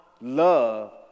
love